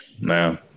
Man